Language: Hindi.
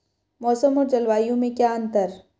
मौसम और जलवायु में क्या अंतर?